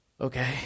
okay